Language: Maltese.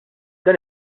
dan